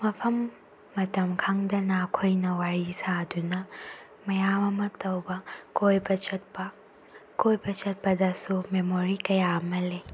ꯃꯐꯝ ꯃꯇꯝ ꯈꯪꯗꯅ ꯑꯩꯈꯣꯏꯅ ꯋꯥꯔꯤ ꯁꯥꯗꯨꯅ ꯃꯌꯥꯝ ꯑꯃ ꯇꯧꯕ ꯀꯣꯏꯕ ꯆꯠꯄ ꯀꯣꯏꯕ ꯆꯠꯄꯗꯁꯨ ꯃꯦꯃꯣꯔꯤ ꯀꯌꯥ ꯑꯃ ꯂꯩ